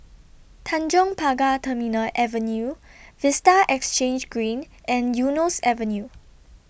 Tanjong Pagar Terminal Avenue Vista Exhange Green and Eunos Avenue